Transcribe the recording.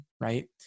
right